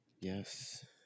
Yes